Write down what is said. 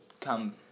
come